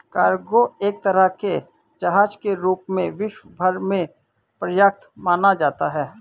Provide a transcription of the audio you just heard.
cargo एक तरह के जहाज के रूप में विश्व भर में प्रख्यात माना जाता है